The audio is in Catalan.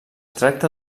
tracta